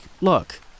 look